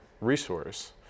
resource